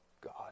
God